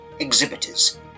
exhibitors